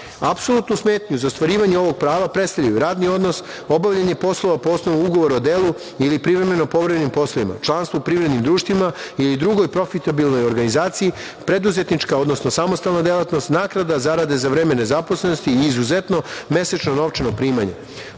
Apsolutnu smetnju za ostvarivanje ovog prava predstavljaju radni odnos, obavljanje poslova po osnovu ugovora o delu ili privremeno-povremenim poslovima, članstvu u privrednim društvima ili drugoj profitabilnoj organizaciji, preduzetnička, odnosno samostalna delatnost, naknada zarade za vreme nezaposlenosti, izuzetno mesečno novčano primanje.